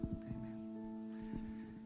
Amen